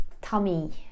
tummy